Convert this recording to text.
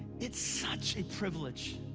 it's such a privilege